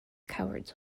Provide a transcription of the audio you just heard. cowards